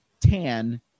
tan